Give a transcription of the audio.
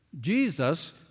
Jesus